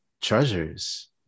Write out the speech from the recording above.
treasures